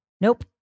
Nope